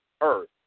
earth